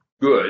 good